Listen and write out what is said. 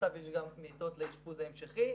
בנוסף יש גם מיטות לאשפוז המשכי,